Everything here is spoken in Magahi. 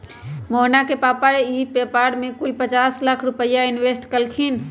मोहना के पापा ने ई व्यापार में कुल पचास लाख रुपईया इन्वेस्ट कइल खिन